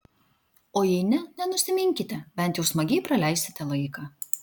o jei ne nenusiminkite bent jau smagiai praleisite laiką